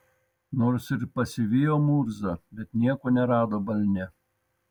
nors ir pasivijo murzą bet nieko nerado balne